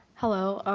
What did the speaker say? hello,